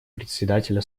председателя